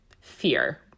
Fear